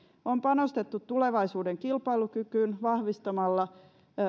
on panostettu tulevaisuuden kilpailukykyyn vahvistamalla